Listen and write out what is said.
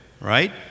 right